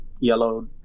yellow